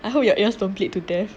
I hope your ears don't bleed to death